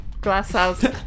glasshouse